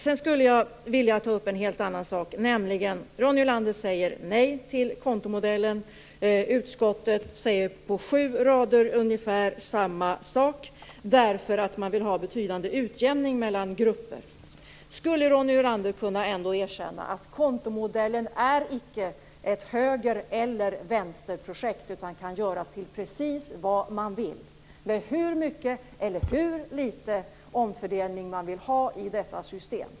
Sedan skulle jag vilja ta upp en helt annan sak. Ronny Olander säger nej till kontomodellen, utskottet säger på sju rader ungefär samma sak, därför att man vill ha betydande utjämning mellan grupper. Skulle Ronny Olander kunna erkänna att kontomodellen icke är ett höger eller vänsterprojekt? Den kan göras till precis det man vill, med hur mycket eller hur litet omfördelning man vill ha i detta system.